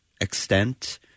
extent